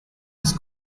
his